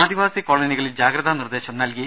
ആദിവാസി കോളനികളിൽ ജാഗ്രതാ നിർദേശം നൽകി